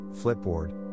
Flipboard